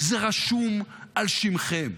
זה רשום על שמכם.